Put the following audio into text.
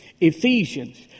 Ephesians